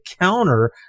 counter